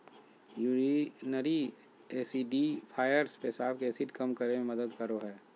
urinary acidifiers पेशाब के acid कम करे मे मदद करो हय